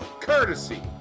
courtesy